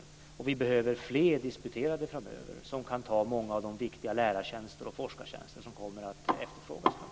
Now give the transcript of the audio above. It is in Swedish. Vi behöver framöver fler disputerade som kan ta många av de viktiga lärarstjänster och forskartjänster som kommer att efterfrågas.